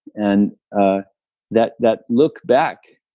and ah that that look back,